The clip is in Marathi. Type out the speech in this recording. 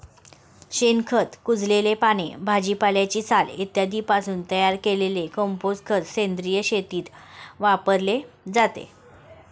शेणखत, कुजलेली पाने, भाजीपाल्याची साल इत्यादींपासून तयार केलेले कंपोस्ट खत सेंद्रिय शेतीत वापरले जाते